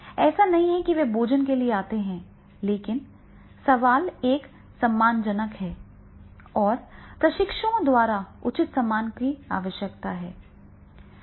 ऐसा नहीं है कि वे भोजन के लिए आ रहे हैं लेकिन सवाल एक सम्मानजनक है और प्रशिक्षुओं द्वारा उचित सम्मान की आवश्यकता है